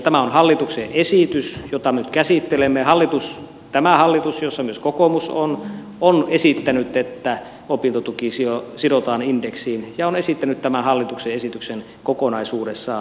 tämä on hallituksen esitys jota nyt käsittelemme ja tämä hallitus jossa myös kokoomus on on esittänyt että opintotuki sidotaan indeksiin ja on esittänyt tämän hallituksen esityksen kokonaisuudessaan